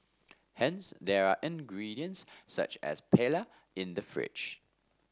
hence there are ingredients such as paella in the fridge